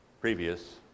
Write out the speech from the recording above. previous